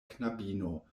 knabino